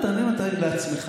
תענה לעצמך.